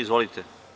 Izvolite.